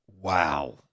Wow